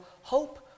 hope